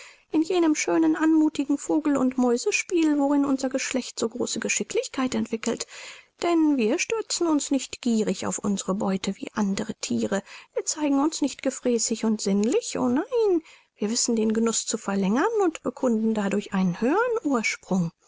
in jenem schönen anmuthigen vogel und mäusespiel worin unser geschlecht so große geschicklichkeit entwickelt denn wir stürzen uns nicht gierig auf unsere beute wie andere thiere wir zeigen uns nicht gefräßig und sinnlich o nein wir wissen den genuß zu verlängern und bekunden dadurch einen höhern